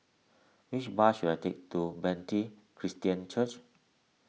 which bus should I take to Bethany Christian Church